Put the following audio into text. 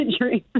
dream